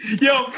Yo